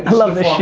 love this shit.